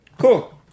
Cool